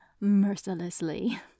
mercilessly